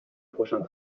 prochains